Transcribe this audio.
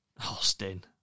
Austin